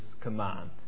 command